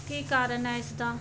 ਕੀ ਕਾਰਨ ਹੈ ਇਸਦਾ